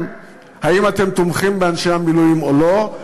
אם אתם תומכים באנשי המילואים או לא,